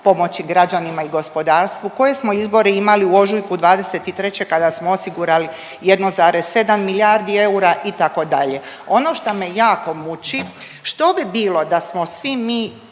pomoći građanima i gospodarstvu, koje smo izbore imali u ožujku '23. kada smo osigurali 1,7 milijardi eura itd. Ono što me jako muči što bi bilo da smo svi mi,